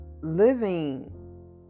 living